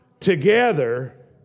Together